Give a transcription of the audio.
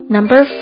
Number